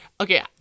Okay